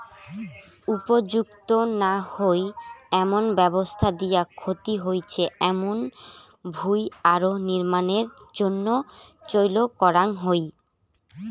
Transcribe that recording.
উপযুক্ত না হই এমন ব্যবস্থা দিয়া ক্ষতি হইচে এমুন ভুঁই আরো নির্মাণের জইন্যে চইল করাঙ হই